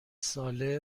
ساله